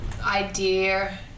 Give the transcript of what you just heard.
idea